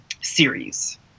series